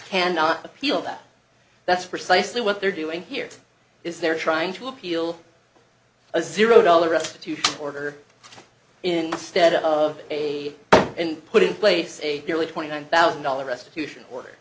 cannot appeal that that's precisely what they're doing here is they're trying to appeal a zero dollar restitution order in stead of a and put in place a nearly twenty nine thousand dollar restitution wor